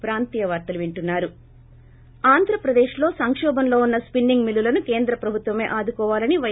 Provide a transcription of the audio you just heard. break ఆంధ్రప్రదేశ్లో సంకోభంలో ఉన్న స్పిన్నింగ్ మిల్లులను కేంద్ర ప్రభుత్వమే ఆదుకోవాలని పై